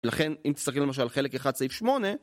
לכן, אם תסתכלי למשל על חלק אחד סעיף שמונה